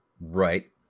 Right